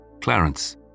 Clarence